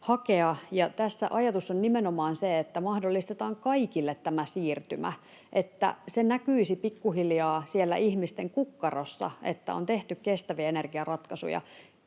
hakea. Tässä ajatus on nimenomaan se, että mahdollistetaan kaikille tämä siirtymä, että se näkyisi pikkuhiljaa siellä ihmisten kukkarossa, että on tehty kestäviä energiaratkaisuja,